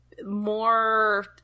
More